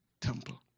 temple